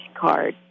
card